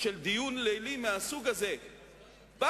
של דיון לילי מהסוג הזה בפגרה